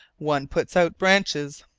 one puts out branches.